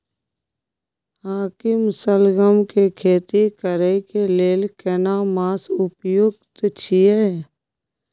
हाकीम सलगम के खेती करय के लेल केना मास उपयुक्त छियै?